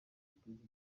perezida